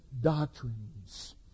doctrines